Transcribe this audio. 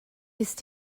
ist